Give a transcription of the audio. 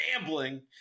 gambling